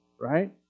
Right